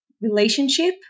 relationship